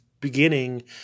beginning